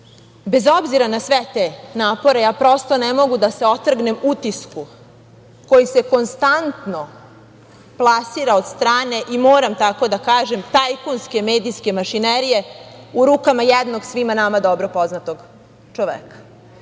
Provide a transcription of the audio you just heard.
bez obzira na sve te napore ja prosto ne mogu da se otrgnem utisku koji se konstantno plasira od strane, i moram tako da kažem, tajkunske medijske mašinerije, u rukama jednog svima nama dobro poznatog čoveka. Onda